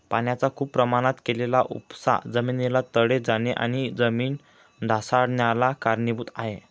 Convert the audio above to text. पाण्याचा खूप प्रमाणात केलेला उपसा जमिनीला तडे जाणे आणि जमीन ढासाळन्याला कारणीभूत आहे